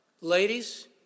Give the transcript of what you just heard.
ladies